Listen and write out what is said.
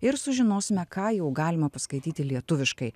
ir sužinosime ką jau galima paskaityti lietuviškai